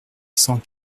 cent